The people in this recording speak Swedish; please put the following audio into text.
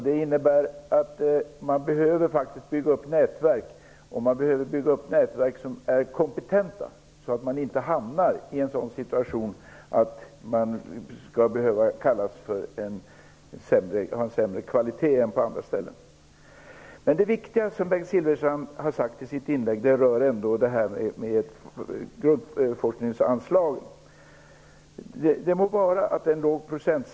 Det innebär att man behöver bygga upp nätverk som är kompetenta så att man inte hamnar i en situation med sämre kvalitet än på andra ställen. Det viktiga som Bengt Silfverstrand berört i sitt inlägg gäller forskningsanslagen. Procentuellt sett är det litet.